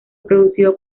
producido